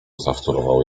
zawtórował